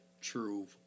true –